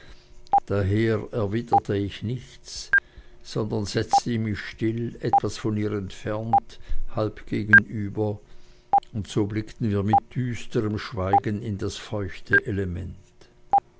daher erwiderte ich nichts sondern setzte mich still etwas von ihr entfernt halb gegenüber und so blickten wir mit düsterm schweigen in das feuchte element